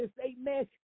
amen